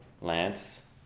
Lance